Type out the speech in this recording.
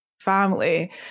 family